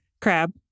crab